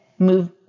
move